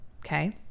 Okay